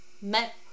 met